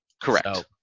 Correct